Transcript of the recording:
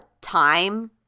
time